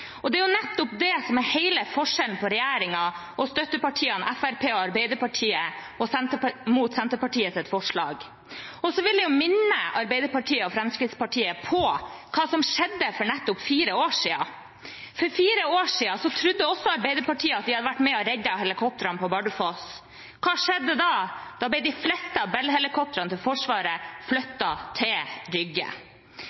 Det er jo nettopp det som er hele forskjellen på regjeringen og støttepartiene Fremskrittspartiet og Arbeiderpartiet sett opp mot Senterpartiets forslag. Og så vil jeg minne Arbeiderpartiet og Fremskrittspartiet på hva som skjedde for nettopp fire år siden. For fire år siden trodde også Arbeiderpartiet at de hadde vært med på å redde helikoptrene på Bardufoss. Hva skjedde da? Da ble de fleste av Bell-helikoptrene til Forsvaret